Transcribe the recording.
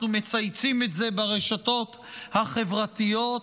אנחנו מצייצים את זה ברשתות החברתיות,